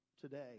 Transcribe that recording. today